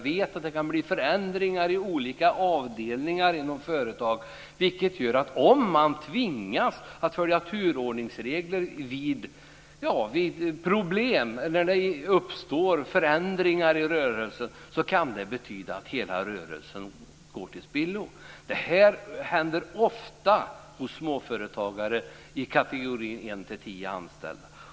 Om man tvingas att följa turordningsregler när förändringar i rörelsen uppstår, kan det betyda att hela rörelsen går till spillo. Detta händer ofta hos småföretag i kategorin en-tio anställda.